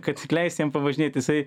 kad tik leist jam pavažinėt jisai